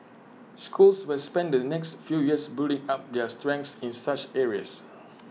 schools will spend the next few years building up their strengths in such areas